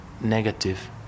negative